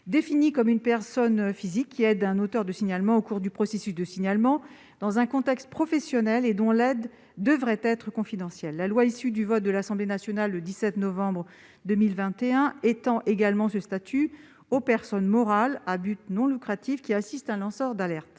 définis comme « une personne physique qui aide un auteur de signalement au cours du processus de signalement dans un contexte professionnel et dont l'aide devrait être confidentielle ». La loi issue du vote de l'Assemblée nationale le 17 novembre 2021 étend également ce statut aux personnes morales à but non lucratif qui assistent un lanceur d'alerte.